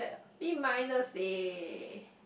B minus leh